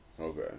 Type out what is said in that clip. Okay